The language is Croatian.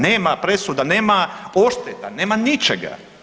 Nema presuda, nema odšteta, nema ničega.